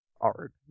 art